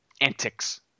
antics